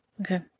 Okay